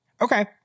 Okay